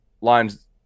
Lines